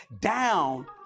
Down